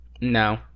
No